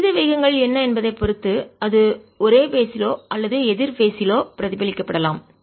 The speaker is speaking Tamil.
விகித வேகங்கள் என்ன என்பதைப் பொறுத்து அது ஒரே பேஸ்சிலோ கட்டத்திலோ அல்லது எதிர் பேஸ்சிலோ கட்டத்திலோ பிரதிபலிக்கப்படலாம்